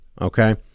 okay